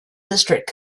district